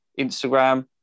Instagram